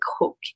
hook